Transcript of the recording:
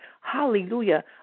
Hallelujah